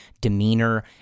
demeanor